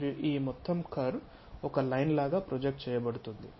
మరియు ఈ మొత్తం కర్వ్ ఒక లైన్ లాగా ప్రొజెక్ట్ చేయబడుతుంది